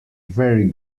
very